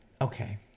Okay